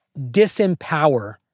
disempower